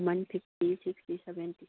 ꯃꯃꯟ fifty sixty seventy